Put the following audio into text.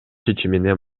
чечимине